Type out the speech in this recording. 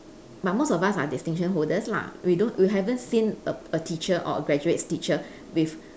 but most of us are distinction holders lah we don't we haven't seen a a teacher or a graduates teacher with